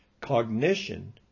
cognition